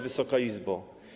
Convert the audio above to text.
Wysoka Izbo!